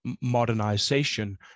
modernization